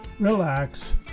relax